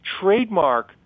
trademark